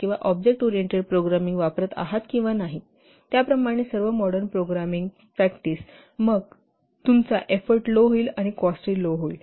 किंवा object oriented programming वापरत आहात किंवा नाही त्याप्रमाणे सर्व मॉडर्न प्रोग्रामिंग सराव मग तुमचा एफोर्ट लो होईल आणि कॉस्टही लो होईल